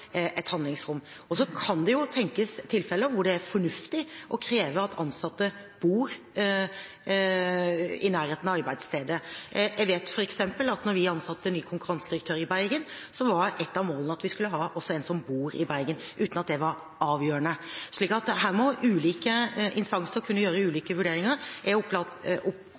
et handlingsrom. Så kan det tenkes tilfeller hvor det er fornuftig å kreve at ansatte bor i nærheten av arbeidsstedet. Jeg vet f.eks. at da vi ansatte ny konkurransedirektør i Bergen, var et av målene at vi skulle ha en som også bor i Bergen, uten at det var avgjørende. Så her må ulike instanser kunne gjøre ulike vurderinger. Jeg er